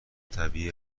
طبیعی